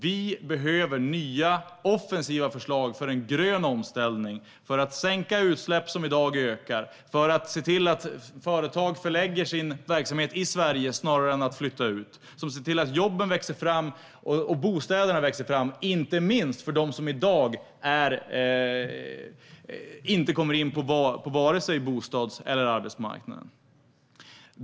Vi behöver nya, offensiva förslag för en grön omställning, för att sänka utsläpp som i dag ökar, för att se till att företag förlägger sin verksamhet till Sverige snarare än att flytta ut och som ser till att jobben och bostäderna växer fram, inte minst för dem som i dag inte kommer in på vare sig bostads eller arbetsmarknaden.